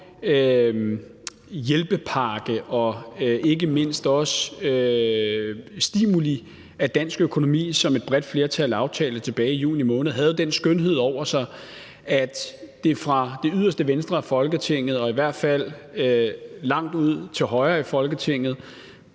hjælpepakke og ikke mindst også stimuli af dansk økonomi, som et bredt flertal aftalte tilbage i juni måned, havde den skønhed over sig, at man fra det yderste venstre af Folketinget og i hvert fald langt ud til højre i Folketinget